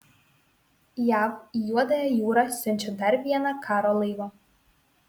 jav į juodąją jūrą siunčia dar vieną karo laivą